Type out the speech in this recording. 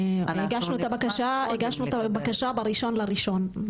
הגשנו את הבקשה ב-1 בינואר,